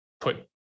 put